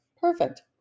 Perfect